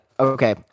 Okay